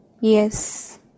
Yes